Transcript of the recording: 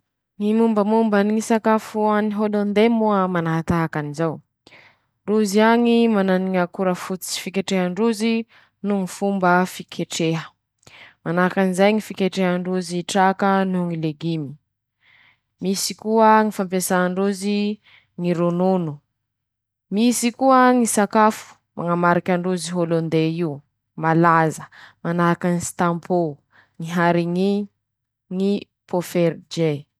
Ñy mombamomba ny ñy sakafo añy Hôlôndé moa manatahaky anjao: Rozy añy mana ñy akora fototsy fiketrehandrozy noho ñy fomba fiketreha5, manahakan'izay ñy fiketrehandrozy tsaka noho ñy legimy, misy koa ñy fampiasandrozy ñy ronono, misy koa ñy sakafo mañamariky androzy Hôlôndé io, malaza manahaky any stampô, ñy hariñy, ñy pôfery.